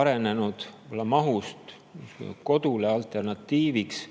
arenenud võib-olla mahuliselt kodule alternatiiviks